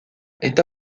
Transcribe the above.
est